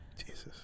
Jesus